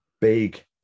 big